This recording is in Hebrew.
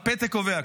הפתק קובע,